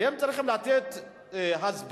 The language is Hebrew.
וכן הוא יוזם סטנדרטיזציה של איזון הסוכרת.